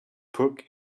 puck